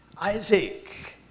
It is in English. Isaac